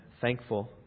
thankful